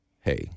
Hey